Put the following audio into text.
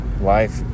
Life